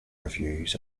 reviews